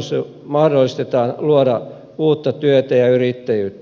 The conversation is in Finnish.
suo mahdollisuuden luoda uutta työtä ja yrittäjyyttä